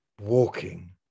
walking